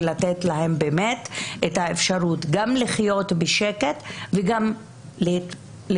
ולתת להם את האפשרות גם לחיות בשקט וגם לקבל